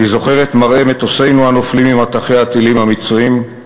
אני זוכר את מראה מטוסינו הנופלים ממטחי הטילים המצריים,